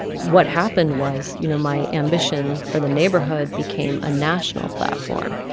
what happened was you know my ambition for the neighborhood became a national platform.